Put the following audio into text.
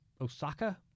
Osaka